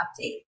update